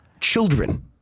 children